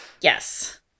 Yes